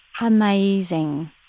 amazing